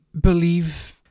believe